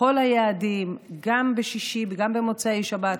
לכל היעדים, גם בשישי וגם במוצאי שבת,